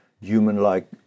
human-like